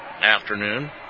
afternoon